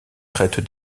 traite